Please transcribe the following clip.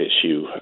issue